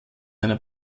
einer